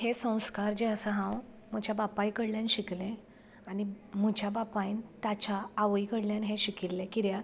हे संस्कार जे आसा हांव म्हज्या बापाय कडल्यान शिकलें आनी म्हज्या बापायन ताच्या आवय कडल्यान हे शिकिल्ले कित्याक